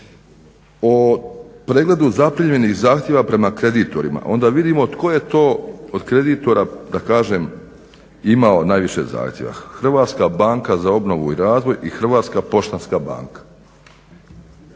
o pregledu zaprimljenih zahtjeva prema kreditorima onda vidimo tko je to od kreditora da kažem imao najviše zahtjeva Hrvatska banka za obnovu i razvoj i Hrvatska poštanska banka